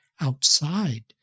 outside